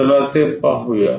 चला ते पाहूया